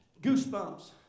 goosebumps